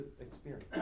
experience